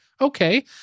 okay